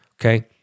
Okay